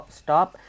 stop